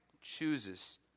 chooses